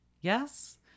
Yes